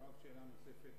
שאלה נוספת,